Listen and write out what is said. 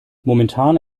momentan